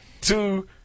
two